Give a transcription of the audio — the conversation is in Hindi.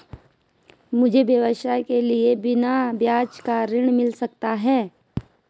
मुझे व्यवसाय के लिए बिना ब्याज का ऋण मिल सकता है?